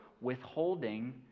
withholding